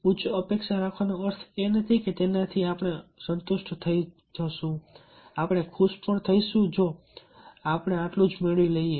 ઉચ્ચ અપેક્ષા રાખવાનો અર્થ એ નથી કે તેનાથી આપણે સંતુષ્ટ થઈ જઈશું આપણે ખુશ પણ થઈશું જો આપણે આટલું જ મેળવી લઈએ